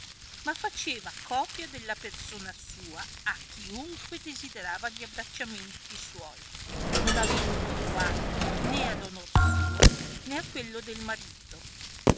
ma faceva copia della persona sua a chiunque desiderava gli abbracciamenti suoi non avendo riguardo né a r onor suo né a quello del marito